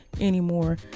anymore